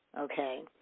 okay